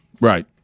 Right